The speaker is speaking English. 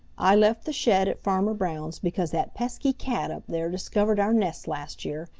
i left the shed at farmer brown's because that pesky cat up there discovered our nest last year,